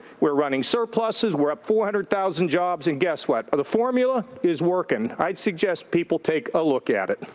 we're running surpluses. we're up four hundred thousand jobs. and guess what? the formula is working. i'd suggest people take a look at it.